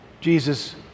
Jesus